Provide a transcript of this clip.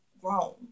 grown